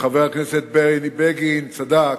וחבר הכנסת בני בגין צדק,